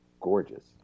gorgeous